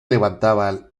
levantaba